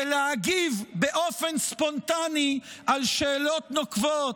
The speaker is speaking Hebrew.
ולהגיב באופן ספונטני על שאלות נוקבות.